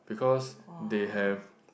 because they have